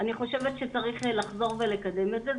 אני חושבת שצריך לחזור ולקדם את זה.